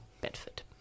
Bedford